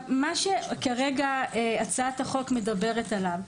מה שכרגע הצעת החוק מדברת עליו,